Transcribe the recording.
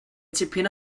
tipyn